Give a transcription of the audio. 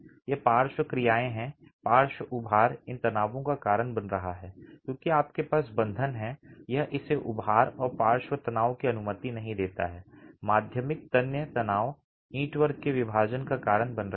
ये पार्श्व क्रियाएं हैं पार्श्व उभार इन तनावों का कारण बन रहा है क्योंकि आपके पास बंधन है यह इसे उभार और पार्श्व तनाव की अनुमति नहीं देता है माध्यमिक तन्य तनाव ईंटवर्क के विभाजन का कारण बन रहे हैं